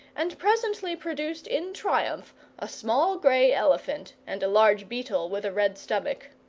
and presently produced in triumph a small grey elephant and a large beetle with a red stomach.